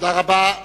תודה רבה.